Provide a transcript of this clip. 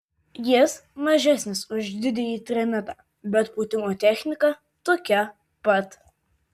jis mažesnis už didįjį trimitą bet pūtimo technika tokia pat